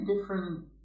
different